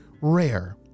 rare